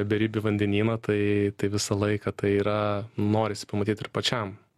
beribį vandenyną tai tai visą laiką tai yra norisi pamatyt ir pačiam